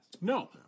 No